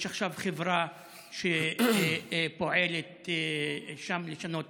יש עכשיו חברה שפועלת שם לשנות